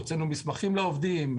הוצאנו מסמכים לעובדים,